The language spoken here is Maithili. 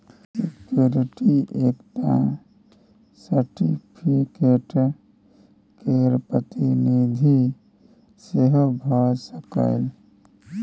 सिक्युरिटी एकटा सर्टिफिकेट केर प्रतिनिधि सेहो भ सकैए